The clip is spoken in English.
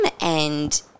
and-